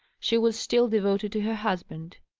she was still devoted to her husband.